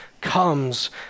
comes